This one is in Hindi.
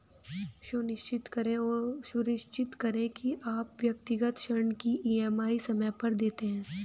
सुनिश्चित करें की आप व्यक्तिगत ऋण की ई.एम.आई समय पर देते हैं